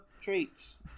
treats